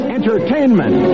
Entertainment